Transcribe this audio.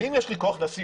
אם יש לי כוח נשי